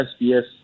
SBS